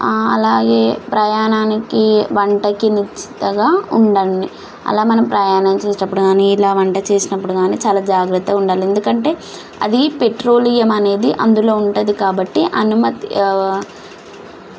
అలాగే ప్రయాణానికి వంటకి నిశ్చితగా ఉండండి అలా మనం ప్రయాణం చేసేటప్పుడు కాని ఇలా వంట చేసినప్పుడు కాని చాలా జాగ్రత్తగా ఉండాలి ఎందుకంటే అది పెట్రోలియం అనేది అందులో ఉంటుంది కాబట్టి అనుమతి